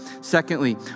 Secondly